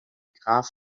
graf